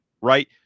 right